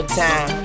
time